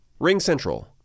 RingCentral